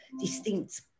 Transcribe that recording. distinct